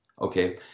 okay